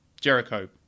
Jericho